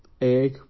egg